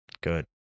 Good